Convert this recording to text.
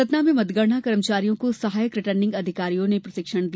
सतना में मतगणना कर्मचारियों को सहायक रिटर्निंग अधिकारियों ने प्रशिक्षण दिया